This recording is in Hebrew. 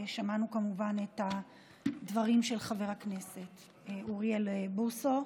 ושמענו כמובן את הדברים של חבר הכנסת אוריאל בוסו.